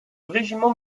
régiment